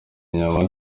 inyama